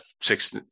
Six